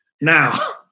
Now